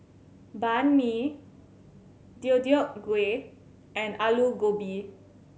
Banh Mi Deodeok Gui and Alu Gobi